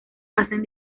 hacen